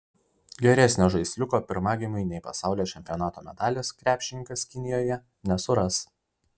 geresnio žaisliuko pirmagimiui nei pasaulio čempionato medalis krepšininkas kinijoje nesuras